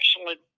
excellent